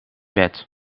bed